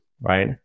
right